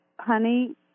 Honey